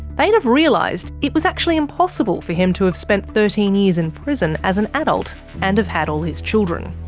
they'd have realised it was actually impossible for him to have spent thirteen years in prison as an adult and have had all his children.